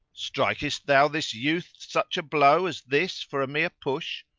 strikest thou this youth such a blow as this for a mere push!